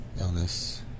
illness